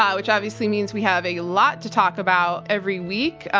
ah which obviously means we have a lot to talk about every week.